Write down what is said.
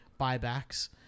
buybacks